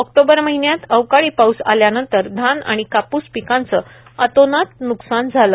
October महिन्यात अवकाळी पाऊस आल्यानंतर धान आणि कापूस पिकाचे अतोनात न्कसान झाले